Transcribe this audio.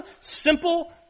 simple